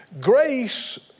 Grace